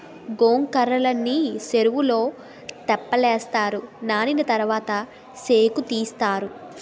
గొంకర్రలని సెరువులో తెప్పలేస్తారు నానిన తరవాత సేకుతీస్తారు